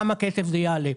כמה כסף זה יעלה.